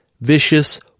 vicious